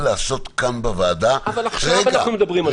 לעשות כאן בוועדה --- אבל עכשיו אנחנו מדברים על זה.